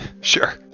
Sure